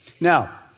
Now